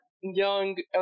young